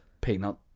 peanut